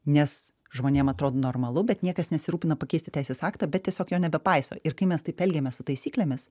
nes žmonėm atrodo normalu bet niekas nesirūpina pakeisti teisės aktą bet tiesiog jo nebepaiso ir kai mes taip elgiamės su taisyklėmis